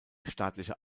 staatliche